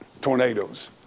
tornadoes